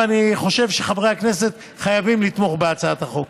ואני חושב שחברי הכנסת חייבים לתמוך בהצעת החוק.